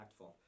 impactful